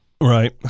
Right